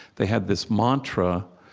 they had this mantra.